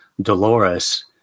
Dolores